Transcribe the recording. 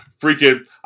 Freaking